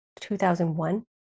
2001